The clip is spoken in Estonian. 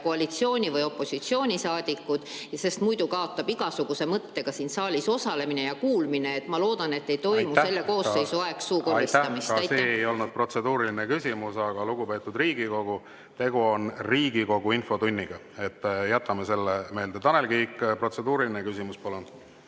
koalitsiooni‑ või opositsioonisaadikud, sest muidu kaotab igasuguse mõtte ka siin saalis osalemine ja kuulamine. Ma loodan, et ei toimu selle koosseisu ajal suukorvistamist. Aitäh! Ka see ei olnud protseduuriline küsimus. Lugupeetud Riigikogu, tegu on Riigikogu infotunniga, jätame selle meelde. Tanel Kiik, protseduuriline küsimus, palun!